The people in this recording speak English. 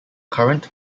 current